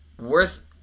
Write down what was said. worth